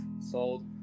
sold